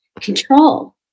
Control